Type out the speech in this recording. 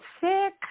sick